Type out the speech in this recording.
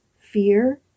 fear